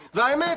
והאמת,